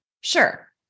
Sure